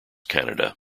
canada